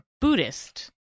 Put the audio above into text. Buddhist